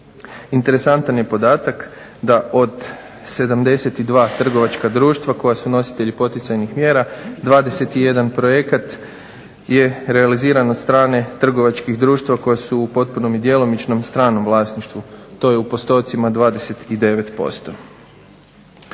Interesantan je podatak da od 72 trgovačka društva koja su nositelji poticajnih mjera 21 projekata je realiziran od strane trgovačkih društva koja su u potpunom i djelomičnom stranom vlasništvu to je u postotcima 29%.